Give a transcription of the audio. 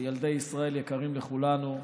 וילדי ישראל יקרים לכולנו,